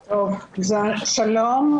שלום.